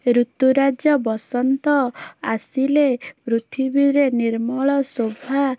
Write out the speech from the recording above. ଋତୁରାଜ ବସନ୍ତ ଆସିଲେ ପୃଥିବୀରେ ନିର୍ମଳ ଶୋଭା